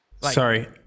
Sorry